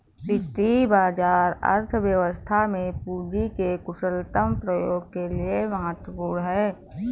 वित्तीय बाजार अर्थव्यवस्था में पूंजी के कुशलतम प्रयोग के लिए महत्वपूर्ण है